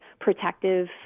protective